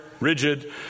rigid